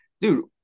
dude